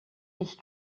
ich